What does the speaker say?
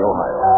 Ohio